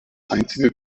einzige